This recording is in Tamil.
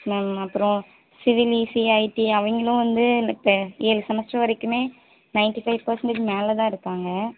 மேம் அப்புறம் சிவில் இசிஇ ஐடி அவங்களும் வந்து இந்த இப்போ ஏழு செமஸ்டர் வரைக்குமே நைன்டி ஃபைவ் பேர்சென்டேஜ் மேலே தான் இருக்காங்க